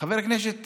חבר הכנסת